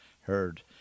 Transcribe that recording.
heard